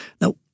Now